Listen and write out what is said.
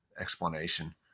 explanation